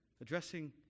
addressing